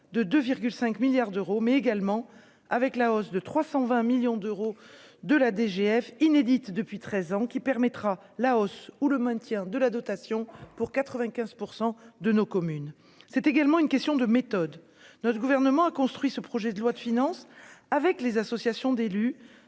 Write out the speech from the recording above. de 2,5 milliards d'euros, mais également avec la hausse de 320 millions d'euros de la DGF inédite depuis 13 ans qui permettra la hausse ou le maintien de la dotation pour 95 % de nos communes, c'est également une question de méthode, notre gouvernement a construit ce projet de loi de finances, avec les associations d'élus